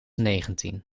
negentien